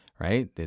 right